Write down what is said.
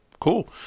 Cool